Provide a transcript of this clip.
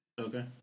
Okay